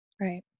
Right